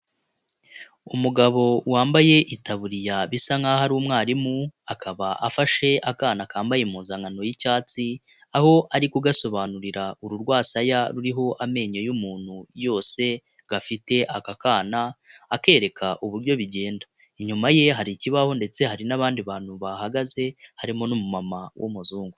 Umugabo wambaye itaburiya bisa nkaho ari umwarimu, akaba afashe akana kambaye impuzanano y'icyatsi, aho ari kugasobanurira ururwasaya ruriho amenyo y'umuntu yose gafite aka kana, akereka uburyo bigenda, inyuma ye hari ikibaho, ndetse hari n'abandi bantu bahagaze, harimo n'umu mama w'umuzungu.